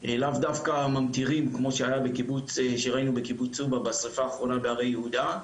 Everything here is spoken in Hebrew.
לאו דווקא ממטירים כמו שראינו בקיבוץ צובה בשריפה האחרונה בהרי יהודה.